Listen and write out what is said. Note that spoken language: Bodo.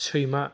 सैमा